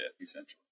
essentially